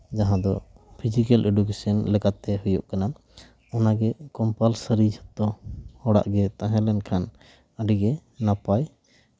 ᱡᱟᱦᱟᱸ ᱫᱚ physical education ᱞᱮᱠᱟᱛᱮ ᱦᱩᱭᱩᱜ ᱠᱟᱱᱟ ᱚᱱᱟᱜᱮ ᱠᱚᱢᱯᱟᱞᱥᱟᱨᱤ ᱡᱷᱚᱛᱚ ᱦᱚᱲᱟᱜ ᱜᱮ ᱛᱟᱦᱮᱸ ᱞᱮᱱᱠᱷᱟᱱ ᱟᱹᱰᱤᱜᱮ ᱱᱟᱯᱟᱭ